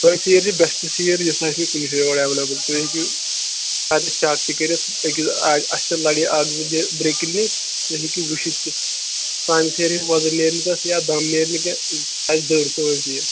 سۅے سیٖر چھِ بیسٹہٕ سیٖر یِژھ آسہِ نہٕ کُنہِ جایہِ یور ایٚویلیبُل تُہۍ ہیٚکِو چَک تہِ کٔرِتھ أکِس اَسہِ چھ لڑِ اَکھ زٕ بہ برٛک کِلن تُہۍ ہیٚکِو وُچھِتھ تہِ سانہِ سیرِ ہِش وۄزُل نیرنہٕ تَتھ یا دَم نیرِ نہٕ کیٚنٛہہ سۅ آسہِ دٔڑ سٲنۍ سیٖر